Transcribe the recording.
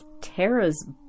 Tara's